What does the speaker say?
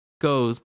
goes